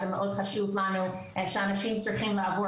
זה מאוד חשוב לנו שאנשים צריכים לעבור